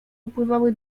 upływały